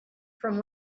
from